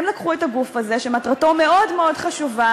הם לקחו את הגוף הזה, שמטרתו מאוד מאוד חשובה,